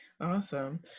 awesome